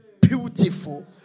beautiful